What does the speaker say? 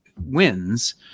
wins